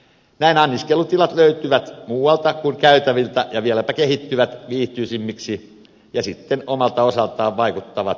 näin anniskelutilat löytyvät muualta kuin käytäviltä ja vieläpä kehittyvät viihtyisämmiksi ja siten omalta osaltaan vaikuttavat juomistapoihin